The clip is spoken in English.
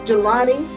Jelani